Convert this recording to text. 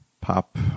pop